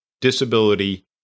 disability